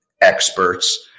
experts